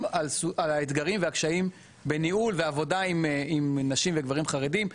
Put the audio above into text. על האתגרים והקשיים בניהול ועבודה עם נשים וגברים חרדים.